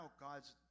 God's